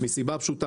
בשל סיבה פשוטה.